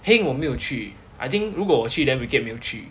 heng 我没有去 I think 如果我去 then weekiat 没有去